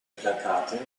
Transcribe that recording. plakate